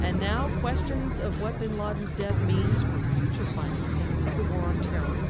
and now, questions of what bin laden's death means for future financing of the war on terror.